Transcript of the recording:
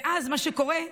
ואז מה שקורה,